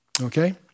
Okay